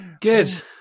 Good